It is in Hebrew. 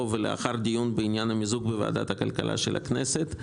ולאחר דיון בעניין המיזוג בוועדת הכלכלה של הכנסת,